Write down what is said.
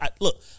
Look